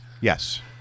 Yes